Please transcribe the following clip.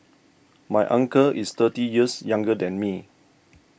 my uncle is thirty years younger than me